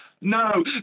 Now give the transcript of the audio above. No